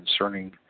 concerning